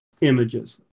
images